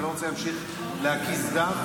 אתה לא רוצה להמשיך להקיז דם.